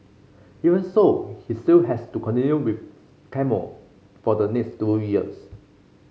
even so he still has to continue with chemo for the next two years